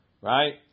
Right